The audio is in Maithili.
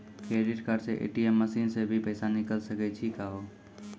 क्रेडिट कार्ड से ए.टी.एम मसीन से भी पैसा निकल सकै छि का हो?